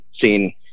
seen